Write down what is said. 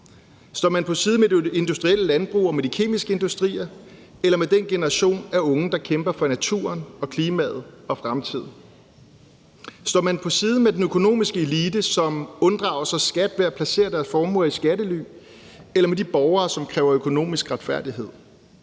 Står man på side med det industrielle landbrug og de kemiske industrier eller med den generation af unge, der kæmper for naturen og klimaet og fremtiden? Står man på side med den økonomiske elite, som unddrager sig skat ved at placere deres formuer i skattely eller med de borgere, som kræver økonomisk retfærdighed,